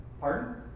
Pardon